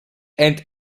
and